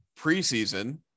preseason